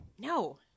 No